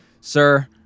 sir